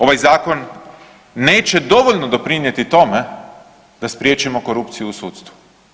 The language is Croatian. Ovaj zakon neće dovoljno doprinijeti tome da spriječimo korupciju u sudstvu.